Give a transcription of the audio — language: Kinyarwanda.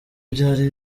byari